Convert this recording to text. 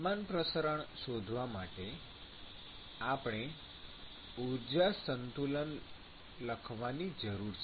તાપમાન પ્રસારણ શોધવા માટે આપણે ઊર્જા સંતુલન લખવાની જરૂર છે